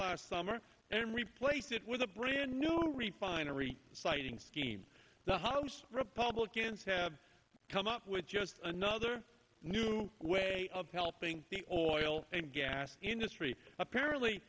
a summer and replace it with a brand new refinance citing scheme the house republicans have come up with just another new way of helping the oil and gas industry apparently